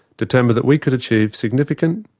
determined that we could achieve significant,